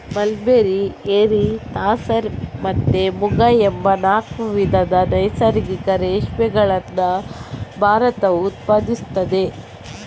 mulberry, eri, tussar ಮತ್ತೆ ಮುಗ ಎಂಬ ನಾಲ್ಕು ವಿಧದ ನೈಸರ್ಗಿಕ ರೇಷ್ಮೆಗಳನ್ನ ಭಾರತವು ಉತ್ಪಾದಿಸ್ತದೆ